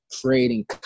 creating